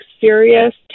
serious